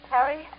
Harry